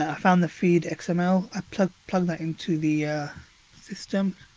ah found the feeds xml, i plugged plugged that into the system.